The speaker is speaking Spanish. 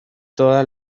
todas